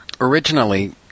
Originally